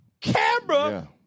camera